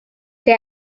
they